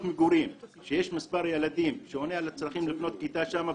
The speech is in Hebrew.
מגורים שיש מספר ילדים שעונה על הצרכים לבנות כיתה שם,